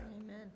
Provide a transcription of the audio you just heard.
Amen